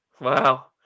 Wow